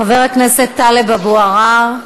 חבר הכנסת טלב אבו עראר,